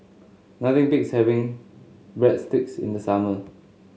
nothing beats having Breadsticks in the summer